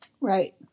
right